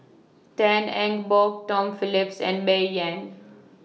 Tan Eng Bock Tom Phillips and Bai Yan